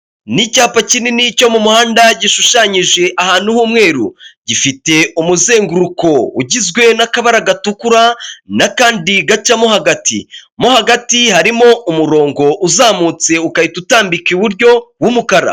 Ni icyapa kinini cyo mu muhanda gishushanyije ahantu h'umweru, gifite umuzenguruko ugizwe n'akabara gatukura n'akandi gacamo hagati, mo hagati harimo umurongo uzamutse ukahita utambika iburyo w'umukara.